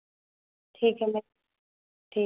ठीक है मैम ठीक